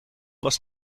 was